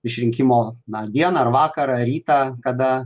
išrinkimo na dieną ar vakarą ar rytą kada